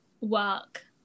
work